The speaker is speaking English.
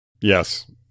Yes